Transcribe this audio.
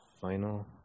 Final